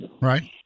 Right